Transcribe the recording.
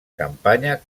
campanya